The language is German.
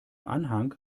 anhang